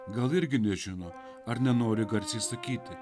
gal irgi nežino ar nenori garsiai sakyti